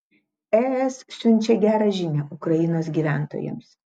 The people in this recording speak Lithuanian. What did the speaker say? es siunčia gerą žinią ukrainos gyventojams